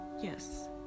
yes